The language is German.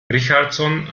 richardson